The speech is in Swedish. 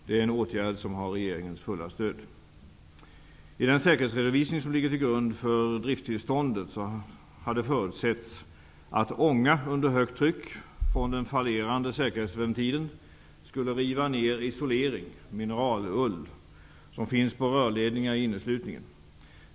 Det är en åtgärd som har regeringens fulla stöd. I den säkerhetsredovisning som ligger till grund för driftstillståndet hade förutsetts att ånga under högt tryck från den fallerande säkerhetsventilen skulle riva ner isolering -- mineralull -- som finns på rörledningar i inneslutningen.